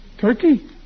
turkey